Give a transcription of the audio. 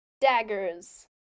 daggers